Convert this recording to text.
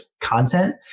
content